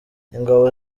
ingabo